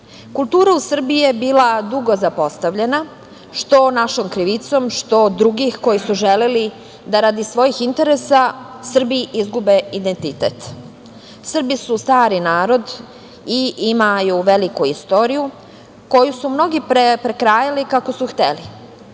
toga. Kultura u Srbiji je bila dugo zapostavljena, što našom krivicom, što od drugih koji su želeli da radi svojih interesa Srbiji izgube identitet. Srbi su stari narod i imaju veliku istoriju koju su mnogi prekrajali kako su hteli.